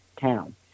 town